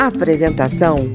Apresentação